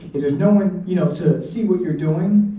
if there's no one you know to see what you're doing.